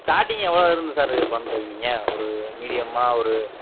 starting எவ்வளோ இருந்து சாரு பண்ணுறிங்க நீங்கள் ஒரு மீடியமாக ஒரு